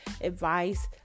advice